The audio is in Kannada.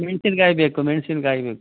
ಮೆಣ್ಶಿನ ಕಾಯಿ ಬೇಕು ಮೆಣ್ಶಿನ ಕಾಯಿ ಬೇಕು